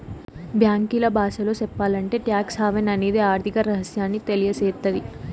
బ్యాంకీల బాసలో సెప్పాలంటే టాక్స్ హావెన్ అనేది ఆర్థిక రహస్యాన్ని తెలియసేత్తది